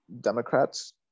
Democrats